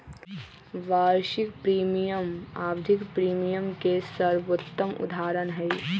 वार्षिक प्रीमियम आवधिक प्रीमियम के सर्वोत्तम उदहारण हई